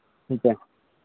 ठीक है